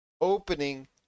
opening